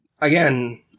again